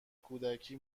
کودکی